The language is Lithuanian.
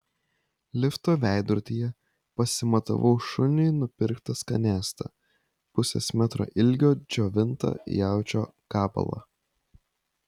lifto veidrodyje pasimatavau šuniui nupirktą skanėstą pusės metro ilgio džiovintą jaučio gabalą